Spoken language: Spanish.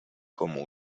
como